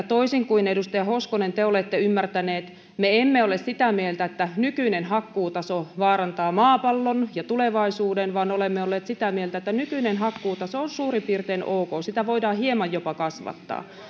toisin kuin edustaja hoskonen olette ymmärtänyt emme ole sitä mieltä että nykyinen hakkuutaso vaarantaa maapallon ja tulevaisuuden vaan olemme olleet sitä mieltä että nykyinen hakkuutaso on suurin piirtein ok ja sitä voidaan hieman jopa kasvattaa